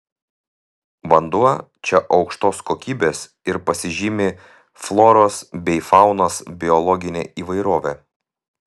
vanduo čia aukštos kokybės ir pasižymi floros bei faunos biologine įvairove